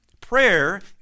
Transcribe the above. Prayer